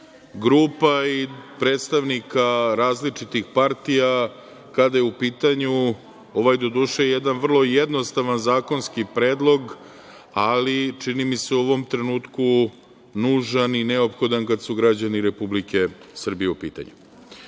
grupa i predstavnika različitih partija, kada je u pitanju ovaj, doduše, jednostavan zakonski predlog, ali čini mi se u ovom trenutku nužan i neophodan kada su građani Republike Srbije u pitanju. Mogu